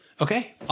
okay